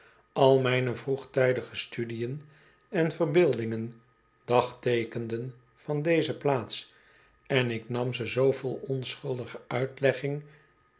al mijne vroegtijdige studiën en verbeeldingen dagteekenden van deze plaats en ik nam ze zoo vol onschuldige uitlegging